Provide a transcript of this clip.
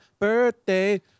birthday